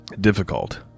Difficult